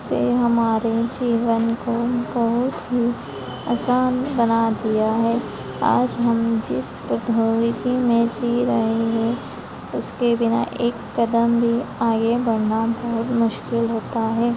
से हमारे जीवन को बहुत ही आसान बना दिया है आज हम जिस प्रौद्योगिकी में जी रहे हैं उसके बिना एक कदम भी आगे बढ़ना बहुत मुश्किल होता है